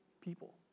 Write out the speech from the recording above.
people